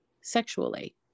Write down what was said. sexually